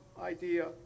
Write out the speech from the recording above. idea